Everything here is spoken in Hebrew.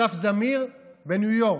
אסף זמיר בניו יורק,